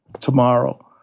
tomorrow